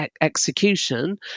execution